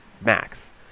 Max